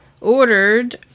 ordered